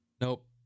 Nope